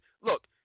look